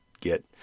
get